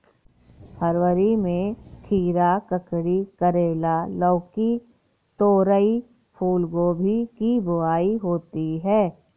फरवरी में खीरा, ककड़ी, करेला, लौकी, तोरई, फूलगोभी की बुआई होती है